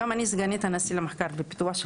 היום אני סגנית הנשיא למחקר ופיתוח של